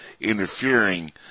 interfering